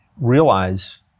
realize